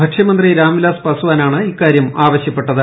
ഭക്ഷ്യമന്ത്രി രാംവിലാസ് പാസ്വാനാണ് ഇക്കാര്യം ആവശ്യപ്പെട്ടത്